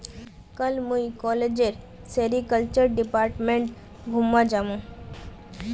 कल मुई कॉलेजेर सेरीकल्चर डिपार्टमेंट घूमवा जामु